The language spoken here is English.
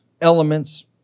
elements